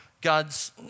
God's